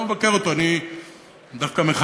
אני לא מבקר אותו,